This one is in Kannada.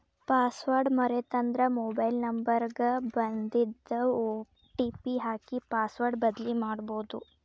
ಪಾಸ್ವರ್ಡ್ ಮರೇತಂದ್ರ ಮೊಬೈಲ್ ನ್ಂಬರ್ ಗ ಬನ್ದಿದ್ ಒ.ಟಿ.ಪಿ ಹಾಕಿ ಪಾಸ್ವರ್ಡ್ ಬದ್ಲಿಮಾಡ್ಬೊದು